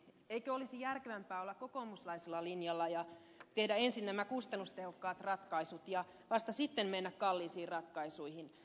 eikö olisi järkevämpää olla kokoomuslaisella linjalla ja tehdä ensin nämä kustannustehokkaat ratkaisut ja vasta sitten mennä kalliisiin ratkaisuihin